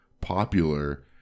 popular